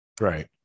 Right